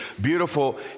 beautiful